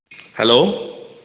hello